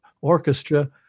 orchestra